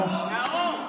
כבוד היושב-ראש.